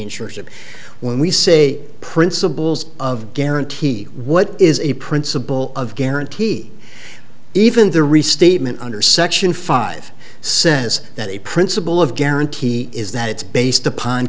ensures of when we say principles of guaranteed what is a principle of guarantee even the restatement under section five says that a principle of guarantee is that it's based upon